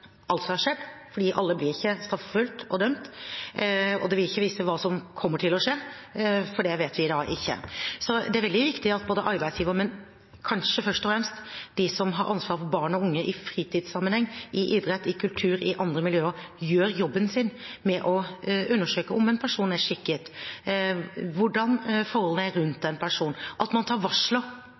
har skjedd, for alle blir ikke straffeforfulgt og dømt, og den vil ikke vise hva som kommer til å skje, for det vet vi ikke. Det er veldig viktig at både arbeidsgivere og kanskje først og fremst de som har ansvar for barn og unge i fritidssammenheng, i idrett, i kultur og i andre miljøer, gjør jobben sin med å undersøke om en person er skikket, hvordan forholdene er rundt en person, og at man tar